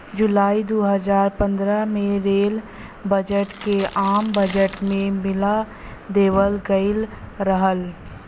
जुलाई दू हज़ार सत्रह में रेल बजट के आम बजट में मिला देवल गयल रहल